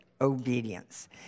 obedience